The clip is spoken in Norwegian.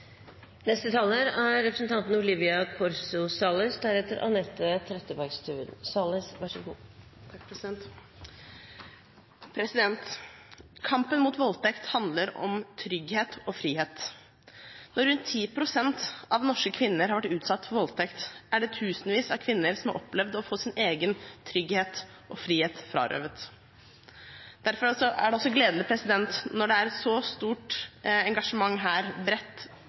Kampen mot voldtekt handler om trygghet og frihet. Når rundt 10 pst. av norske kvinner har vært utsatt for voldtekt, er det tusenvis av kvinner som har opplevd å få sin egen trygghet og frihet frarøvet. Derfor er det også gledelig når det er et så stort og bredt engasjement her